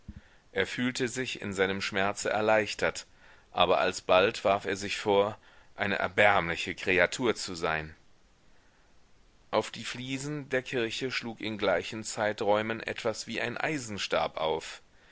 er fühlte sich in seinem schmerze erleichtert aber alsbald warf er sich vor eine erbärmliche kreatur zu sein auf die fliesen der kirche schlug in gleichen zeiträumen etwas wie ein eisenstab auf